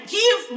give